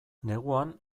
neguan